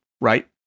right